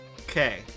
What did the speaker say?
Okay